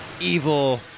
evil